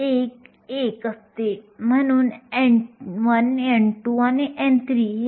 54 nanometre आहे